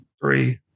Three